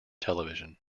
television